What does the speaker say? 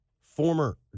former